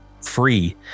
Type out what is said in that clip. free